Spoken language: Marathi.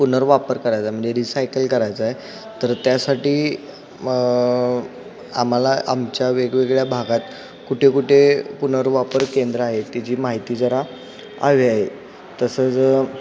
पुनर्वापर करायचा आहे म्हणजे रिसायकल करायचा आहे तर त्यासाठी आम्हाला आमच्या वेगवेगळ्या भागात कुठे कुठे पुनर्वापर केंद्र आहे तेची माहिती जरा हवी आहे तसंच